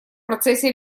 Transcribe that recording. процессе